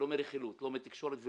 לא מרכילות ולא מהתקשורת.